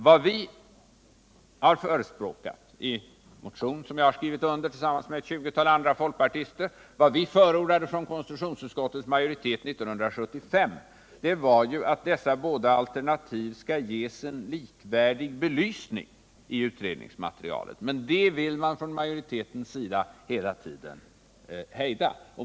Vad vi har förespråkat i en motion som jag har skrivil under tillsammans med ett 20-1al andra folkpartister och vad konstitutionsutskottets majoritet förordade år 1975 var ju att dessa båda alternativ skall ges en likvärdig belysning i utredningsmaterialet, men den belysningen vill majoriteten hela tiden hejda.